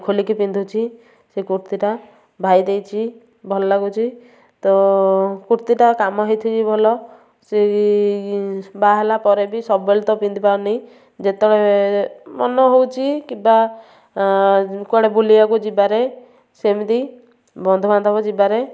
ଖୋଲିକି ପିନ୍ଧୁଛି ସେଇ କୁର୍ତ୍ତୀଟା ଭାଇ ଦେଇଛି ଭଲ ଲାଗୁଛି ତ କୁର୍ତ୍ତୀଟା କାମ ହେଇଥିବି ଭଲ ସେଇ ବାହା ହେଲା ପରେ ବି ସବୁବେଳେ ତ ପିନ୍ଧିପାରୁନି ଯେତେବେଳେ ମନ ହଉଛି କିବା କୁଆଡ଼େ ବୁଲିବାକୁ ଯିବାରେ ସେମିତି ବନ୍ଧୁବାନ୍ଧବ ଯିବାରେ